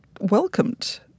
welcomed